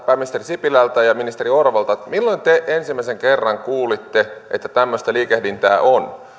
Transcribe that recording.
pääministeri sipilältä ja ministeri orvolta milloin te ensimmäisen kerran kuulitte että tämmöistä liikehdintää on